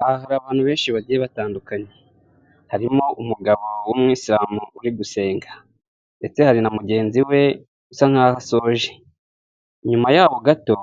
Aha hari abantu benshi bagiye batandukanye, harimo w'umwisiramu uri gusenga, ndetse hari na mugenzi we usa nk'aho asoje, inyuma yabo gato